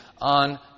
on